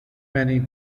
many